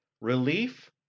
relief